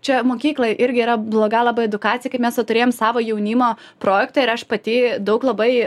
čia mokyklai irgi yra bloga labai edukacija kaip mes va turėjom savo jaunimo projektą ir aš pati daug labai